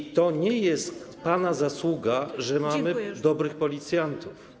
I to nie jest pana zasługa, że mamy dobrych policjantów.